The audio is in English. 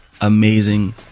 amazing